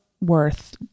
worth